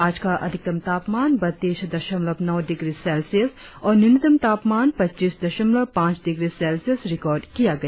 आज का अधिकतम तापमान बत्तीस दशमलव नौ डिग्री सेल्सियस और न्यूनतम तापमान पच्चीस दशमलव पांच डिग्री सेल्सियस रिकार्ड किया गया